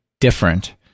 different